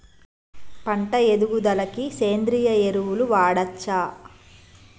పంట ఎదుగుదలకి సేంద్రీయ ఎరువులు వాడచ్చా?